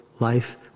Life